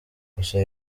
gusa